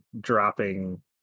dropping